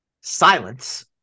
silence